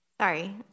Sorry